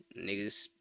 Niggas